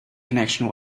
connection